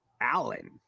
Allen